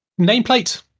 nameplate